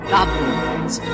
Goblins